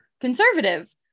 conservative